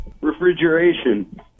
Refrigeration